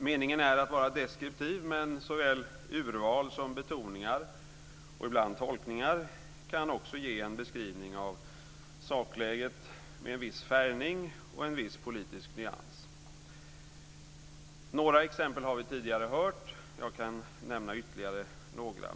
Meningen är att vara deskriptiv, men såväl urval som betoningar och ibland tolkningar kan också ge en beskrivning av sakläget med en viss färgning och en viss politisk nyans. Några exempel har vi tidigare hört. Jag kan nämna ytterligare några.